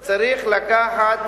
כן.